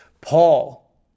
Paul